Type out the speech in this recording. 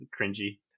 cringy